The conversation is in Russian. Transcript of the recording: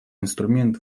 инструмент